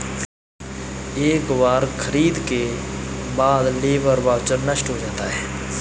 एक बार खरीद के बाद लेबर वाउचर नष्ट हो जाता है